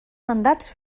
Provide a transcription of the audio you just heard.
mandats